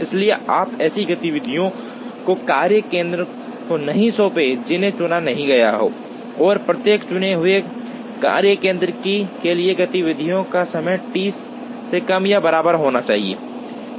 इसलिए आप ऐसी गतिविधियों को कार्य केंद्र को नहीं सौंप सकते जिन्हें चुना नहीं गया है और प्रत्येक चुने हुए कार्य केंद्र के लिए गतिविधि का समय T से कम या बराबर होना चाहिए